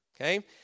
okay